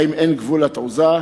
האם אין גבול לתעוזה?